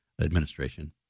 administration